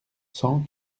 cent